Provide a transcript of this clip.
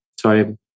Sorry